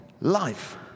life